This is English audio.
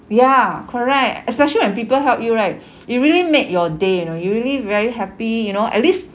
ya correct especially when people help you right it really make your day you know you really very happy you know at least